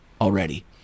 already